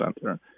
center